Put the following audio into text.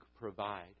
provide